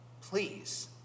Please